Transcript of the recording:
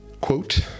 quote